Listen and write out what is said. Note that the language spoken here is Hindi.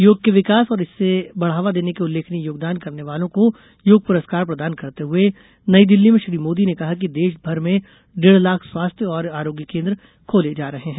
योग के विकास और इसे बढ़ावा देने में उल्लेखनीय योगदान करने वालों को योग पुरस्कार प्रदान करते हुए नई दिल्ली में श्री मोदी ने कहा कि देश भर में डेढ़ लाख स्वास्थ्य और आरोग्य केन्द्र खोले जा रहे हैं